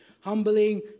humbling